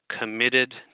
committed